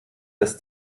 dass